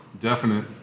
definite